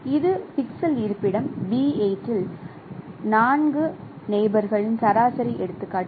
இது பிக்சல் இருப்பிடம் B8 இல் 4 நெய்போர்களின் சராசரியின் எடுத்துக்காட்டு